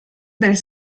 del